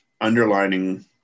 underlining